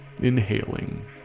Inhaling